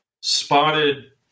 spotted